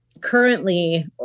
currently